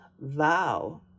vow